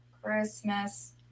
Christmas